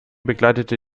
begleitete